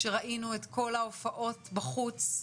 כשראינו את כל ההופעות בחוץ.